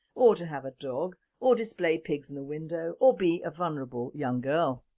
or to have a dog or display pigs in a window or be a vulnerable young girl.